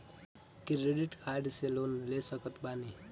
Credit card से loan ले सकत बानी?